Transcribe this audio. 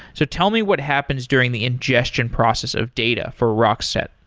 so tell me what happens during the ingestion process of data for rockset.